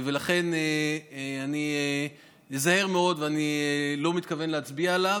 ולכן אני איזהר מאוד, ואני לא מתכוון להצביע עליו.